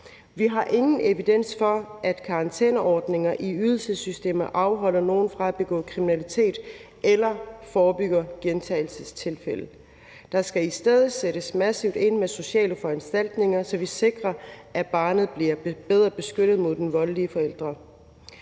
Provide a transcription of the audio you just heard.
Vi har ingen evidens for, at karantæneordninger i ydelsessystemer afholder nogen fra at begå kriminalitet eller forebygger gentagelsestilfælde. Der skal i stedet sættes massivt ind med sociale foranstaltninger, så vi sikrer, at barnet bliver bedre beskyttet mod den voldelige forælder.